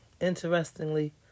Interestingly